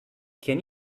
can